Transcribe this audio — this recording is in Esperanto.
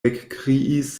ekkriis